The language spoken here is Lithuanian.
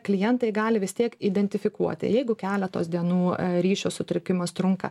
klientai gali vis tiek identifikuoti jeigu keletos dienų ryšio sutrikimas trunka